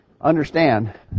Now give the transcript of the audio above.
understand